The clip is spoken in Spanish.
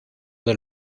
del